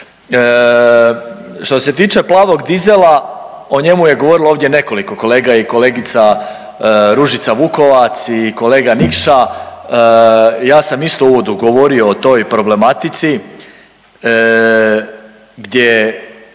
Što se tiče plavog dizela o njemu je govorilo ovdje nekoliko kolega i kolegica Ružica Vukovac i kolega Nikša, ja sam isto u uvodu govorio o toj problematici gdje